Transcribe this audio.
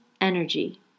energy